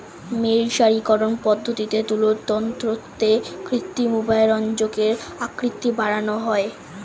মের্সারিকরন পদ্ধতিতে তুলোর তন্তুতে কৃত্রিম উপায়ে রঞ্জকের আসক্তি বাড়ানো হয়